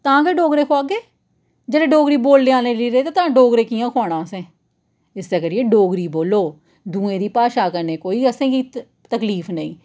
तां गै डोगरे खोआगे जेकर डोगरी बोल्लेआ नेईं तां डोगरे कि'यां खोआना असें इस्सै करियै डोगरी बोलो दूएं दी भाशा कन्नै कोई असें गी त तकलीफ नेईं